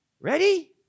Ready